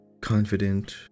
confident